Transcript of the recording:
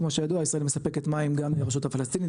כמו שידוע ישראל מספקת מים גם לרשות הפלסטינית